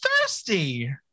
thirsty